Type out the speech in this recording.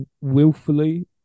willfully